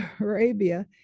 Arabia